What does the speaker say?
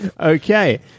Okay